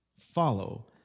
follow